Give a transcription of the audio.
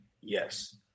Yes